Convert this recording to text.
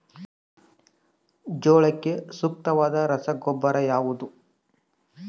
ಜೋಳಕ್ಕೆ ಸೂಕ್ತವಾದ ರಸಗೊಬ್ಬರ ಯಾವುದು?